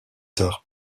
tard